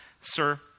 Sir